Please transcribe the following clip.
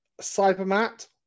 Cybermat